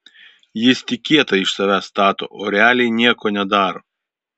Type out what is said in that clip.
jis tik kietą iš savęs stato o realiai nieko nedaro